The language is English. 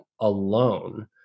alone